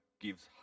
gives